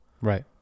right